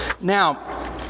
Now